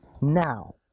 now